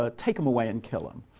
ah take him away and kill him.